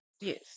Yes